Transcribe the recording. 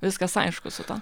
viskas aišku su tuo